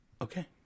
Okay